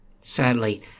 Sadly